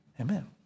Amen